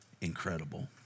incredible